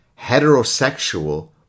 heterosexual